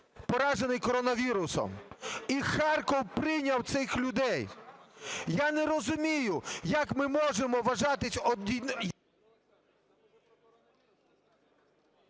поражений коронавірусом. І Харків прийняв цих людей. Я не розумію, як ми можемо вважатися…